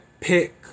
pick